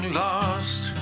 lost